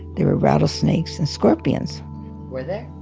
there were rattlesnakes and scorpions were there?